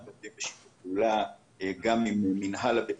אנחנו עובדים בשיתוף פעולה גם עם מינהל הבטיחות,